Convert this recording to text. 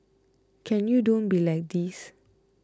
can you don't be like this